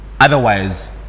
otherwise